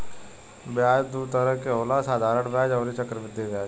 ब्याज दू तरह के होला साधारण ब्याज अउरी चक्रवृद्धि ब्याज